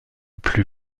plus